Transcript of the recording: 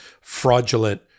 fraudulent